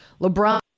LeBron